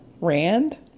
Rand